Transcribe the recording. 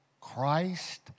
Christ